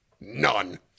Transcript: None